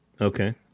Okay